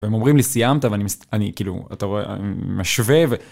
והם אומרים לי סיימת, ואני כאילו, אתה רואה, אני משווה.